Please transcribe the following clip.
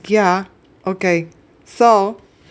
yah okay so